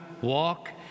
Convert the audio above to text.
walk